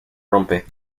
rompe